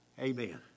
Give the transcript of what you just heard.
Amen